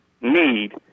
need